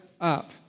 up